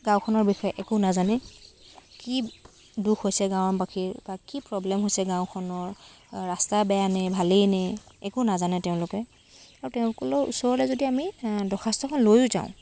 গাঁওখনৰ বিষয়ে একো নাজানে কি দুখ হৈছে গাঁওবাসীৰ বা কি প্ৰব্লেম হৈছে গাওঁখনৰ ৰাস্তা বেয়া নে ভালেই নে একো নাজানে তেওঁলোকে আৰু তেওঁলোকৰ ওচৰলৈ আমি দৰ্খাস্তখন লৈয়ো যাওঁ